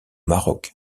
maroc